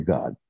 God